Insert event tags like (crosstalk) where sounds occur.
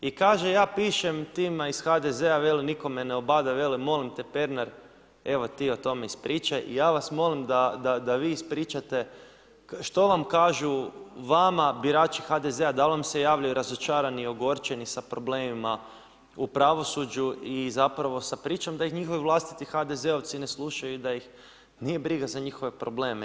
I kaže: ja pišem tima iz HDZ-a, veli nitko me ne … (unintelligible) veli, molim te Pernar, evo ti o tome ispričaj i ja vas molim da vi ispričate što vam kažu, vama birači HDZ-a, da li vam se javljaju razočarani, ogorčeni sa problemima u pravosuđu i zapravo sa pričom da ih njihovi vlastiti HDZ-ovci ne slušaju i da ih nije briga za njihove probleme.